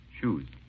Shoes